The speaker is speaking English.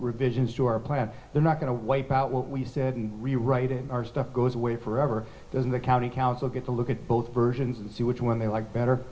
revisions to our plan they're not going to wipe out what we said and rewrite in our stuff goes away forever then the county council gets a look at both versions and see which one they like better